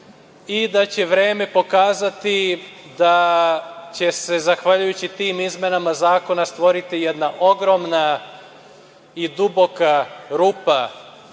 i da će vreme pokazati da će se zahvaljujući tim izmenama zakona stvoriti jedna ogromna i duboka rupa